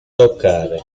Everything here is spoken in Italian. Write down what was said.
toccare